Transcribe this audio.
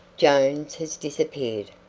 jones has disappeared!